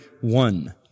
one